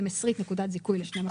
השתים-עשרית נקודת זיכוי ל-12 חודשים.